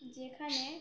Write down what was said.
যেখানে